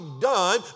done